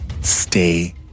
stay